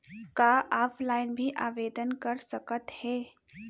का ऑफलाइन भी आवदेन कर सकत हे?